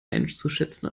einzuschätzen